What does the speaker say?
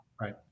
Right